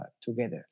together